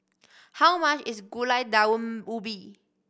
how much is Gulai Daun Ubi